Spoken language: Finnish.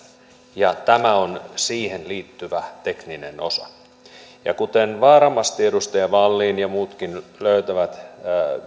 ja tämä on siihen liittyvä tekninen osa kuten varmasti edustaja wallin ja muutkin löytävät